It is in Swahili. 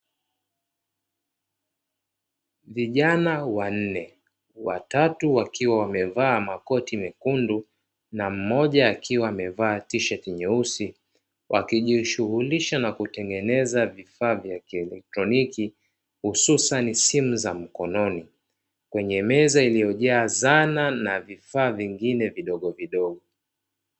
Vijana wanne, watatu wakiwa wamevaa makoti mekundu na mmoja akiwa amevaa tisheti nyeusi, wakijishuhulisha na kutengeneza vifaa vya kielektroniki hususani simu za mkononi, kwenye meza iliyojaa zana na vifaa vingine vidogo vidogo.